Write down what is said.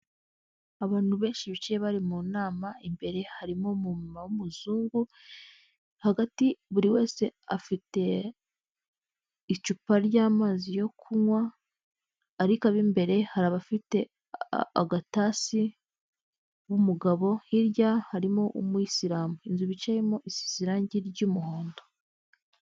Abantu benshi bicaye bari mu nama imbere harimo mu w'umuzungu, hagati buri wese afite icupa ry'amazi yo kunywa, ariko ab'imbere hari abafite agatasi w'umugabo, hirya harimo umuyisilamu. Inzu bicayemo isize irangi ry'umuhondo.